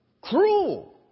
cruel